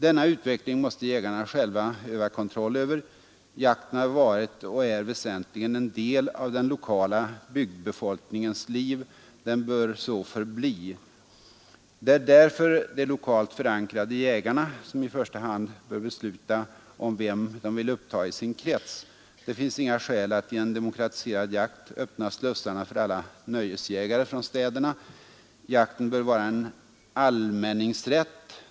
Denna utveckling måste jägarna själva öva kontroll över. Jakten har varit och är väsentligen en del av den lokala bygdbefolkningens liv. Den bör så förbli. Det är därför de lokalt förankrade jägarna som i första hand bör besluta om vem de vill uppta i sin krets. Det finns inga skäl att i en demokratiserad jakt öppna slussarna för alla nöjesjägare från städerna. Jakten bör vara en allmänningsrätt.